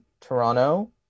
Toronto